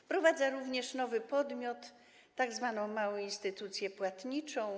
Wprowadza również nowy podmiot, tzw. małą instytucję płatniczą.